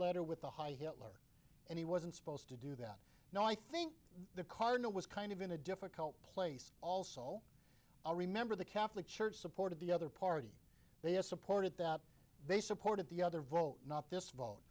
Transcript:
letter with a high hitler and he wasn't supposed to do that no i think the cardinal was kind of in a difficult place also i remember the catholic church supported the other party they supported that they supported the other vote not this